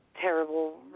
terrible